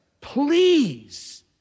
Please